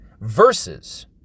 versus